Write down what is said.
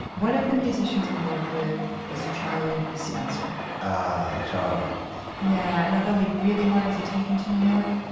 one of the musicians we worked with was charlie spencer ah, charlie yeah. and though we really wanted to take him to new york,